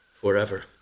forever